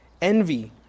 envy